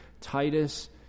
Titus